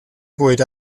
bwyd